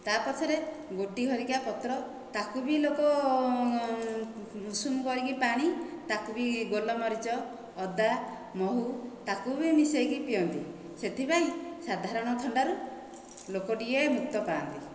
ତାପଛରେ ଗୋଟି ହରିକା ପତ୍ର ତାକୁ ବି ଲୋକ ଉଷୁମ କରିକି ପାଣି ତାକୁ ବି ଗୋଲମରୀଚ ଅଦା ମହୁ ତାକୁ ବି ମିଶେଇକି ପିଅନ୍ତି ସେଥିପାଇଁ ସାଧାରଣ ଥଣ୍ଡାରୁ ଲୋକ ଟିକେ ମୁକ୍ତ ପାଆନ୍ତି